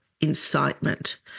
incitement